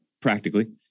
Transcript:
practically